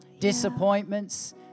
disappointments